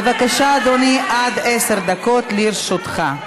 בבקשה, אדוני, עד עשר דקות לרשותך.